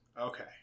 Okay